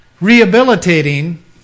rehabilitating